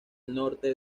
norte